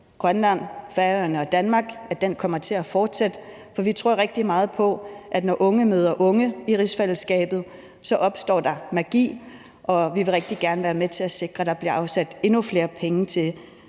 Grønland, Færøerne og Danmark, kommer til at fortsætte, for vi tror rigtig meget på, at når unge møder unge i rigsfællesskabet, opstår der magi, og vi vil rigtig gerne være med til at sikre, at der bliver afsat endnu flere penge til